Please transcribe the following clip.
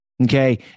Okay